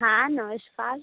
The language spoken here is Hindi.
हाँ नमस्कार